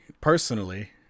personally